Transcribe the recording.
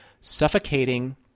suffocating